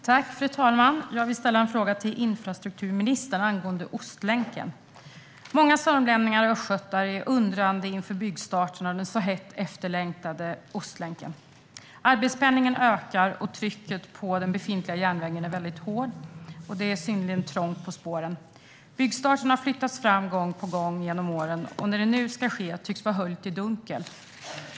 Fru talman! Jag vill ställa en fråga till infrastrukturministern angående Ostlänken. Många sörmlänningar och östgötar är undrande inför byggstarten av den så hett efterlängtade Ostlänken. Arbetspendlingen ökar och trycket på den befintliga järnvägen är hård. Det är synnerligen trångt på spåren. Byggstarten har flyttats fram gång på gång genom åren, och när det nu ska ske tycks vara höljt i dunkel.